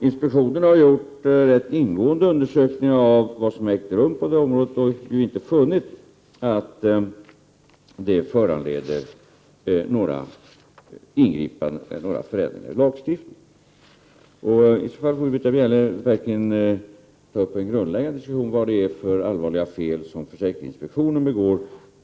Inspektionen har gjort rätt ingående undersökningar av vad som har ägt rum på det området och har inte funnit att något föranlett ingripanden eller förändringar i lagstiftningen. Om Britta Bjelle inte delar den uppfattningen får hon verkligen ta upp en grundläggande diskussion om vad det är för allvarliga fel som försäkringsinspektionen begår.